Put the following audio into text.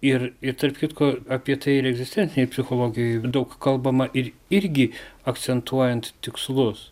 ir ir tarp kitko apie tai ir egzistencinėj psichologijoj daug kalbama ir irgi akcentuojant tikslus